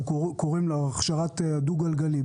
קוראים לקיים הכשרה כזאת ברכב הדו גלגלי,